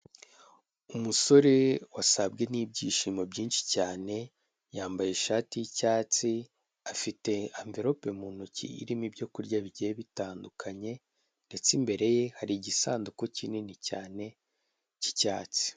Umusore wasabwe n'ibyishimo byinshi cyane yambaye ishati y'icyatsi afite amvelope mu ntoki irimo ibyo kurya bigiye bitandukanye ndetse imbere ye hari igisanduku kinini cyane cy'icyatsi.